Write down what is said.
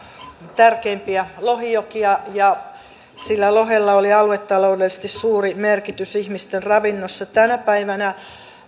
tärkeimpiä lohijokia ja sillä lohella oli aluetaloudellisesti suuri merkitys ihmisten ravinnossa tänä päivänä